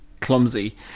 clumsy